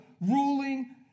ruling